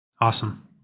Awesome